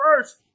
first